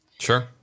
Sure